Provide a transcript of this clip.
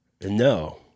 No